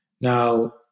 Now